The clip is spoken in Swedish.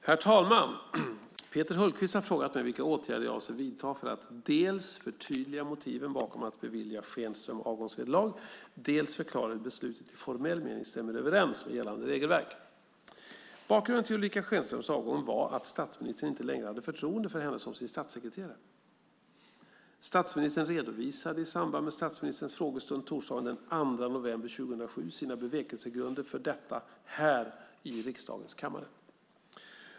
Herr talman! Peter Hultqvist har frågat mig vilka åtgärder jag avser att vidta för att dels förtydliga motiven bakom att bevilja Schenström avgångsvederlag, dels förklara hur beslutet i formell mening stämmer överens med gällande regelverk. Bakgrunden till Ulrica Schenströms avgång var att statsministern inte längre hade förtroende för henne som sin statssekreterare. Statsministern redovisade i samband med statsministerns frågestund torsdagen den 2 november 2007 sina bevekelsegrunder för detta här i riksdagens kammare.